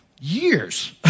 years